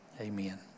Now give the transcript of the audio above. Amen